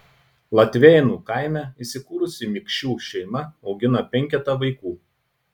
latavėnų kaime įsikūrusi mikšių šeima augina penketą vaikų